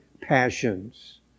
passions